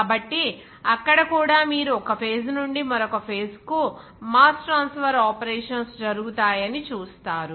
కాబట్టి అక్కడ కూడా మీరు ఒక ఫేజ్ నుండి మరొక ఫేజ్ కు మాస్ ట్రాన్స్ఫర్ ఆపరేషన్స్ జరుగుతాయి అని చూస్తారు